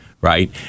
right